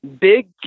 big